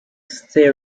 stay